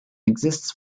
exists